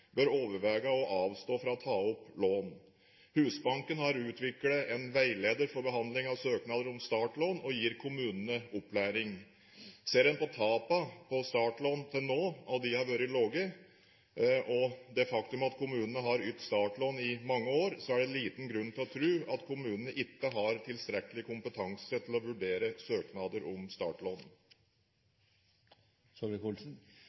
bør overveie å avstå fra å ta opp lånet. Husbanken har utviklet en veileder for behandling av søknader om startlån og gir kommunene opplæring. Ut fra at tapene på startlån til nå har vært lave, og det faktum at kommunene har ytt startlån i mange år, har jeg liten grunn til å tro at kommunene ikke har tilstrekkelig kompetanse til å vurdere søknader om startlån.